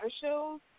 shows